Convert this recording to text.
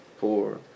four